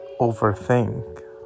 overthink